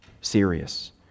serious